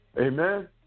Amen